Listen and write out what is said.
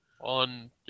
on